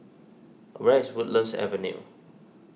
where is Woodlands Avenue